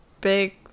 big